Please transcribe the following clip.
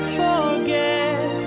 forget